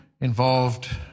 involved